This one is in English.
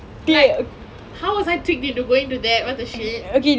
like how was I tricked into going to that what the shit